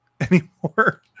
anymore